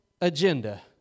agenda